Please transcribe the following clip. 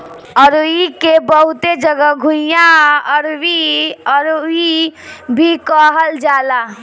अरुई के बहुते जगह घुइयां, अरबी, अरवी भी कहल जाला